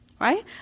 Right